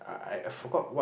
I I forgot what